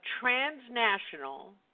transnational